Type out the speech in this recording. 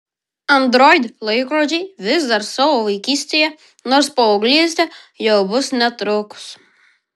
android laikrodžiai vis dar savo vaikystėje nors paauglystė jau bus netrukus